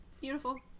Beautiful